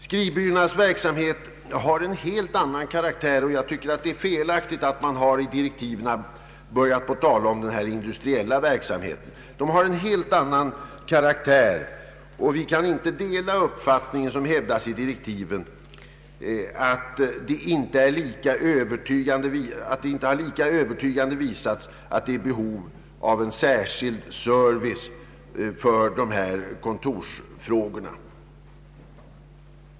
Skrivbyråernas verksamhet har en helt annan karaktär än den industriella verksamheten och jag tycker att det är felaktigt att man i direktiven har blandat in denna. Vi kan därför inte dela den uppfattning som hävdas i direktiven, att det inte har övertygande visats att det finns behov av en särskild service för dessa kontorsfrågor.